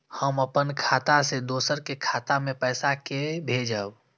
हम अपन खाता से दोसर के खाता मे पैसा के भेजब?